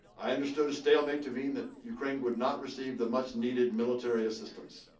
i understood a stalemate to mean that ukraine would not receive the much needed military assistance.